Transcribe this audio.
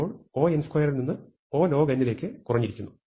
ഇപ്പോൾ Oൽ നിന്ന് O ലേക്ക് കുറഞ്ഞിരിക്കുന്നു